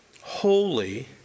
holy